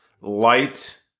light